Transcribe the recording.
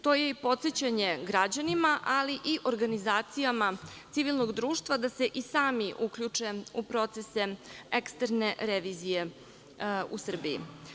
To je i podsećanje građanima, ali i organizacijama civilnog društva da se i sami uključe u procese eksterne revizije u Srbiji.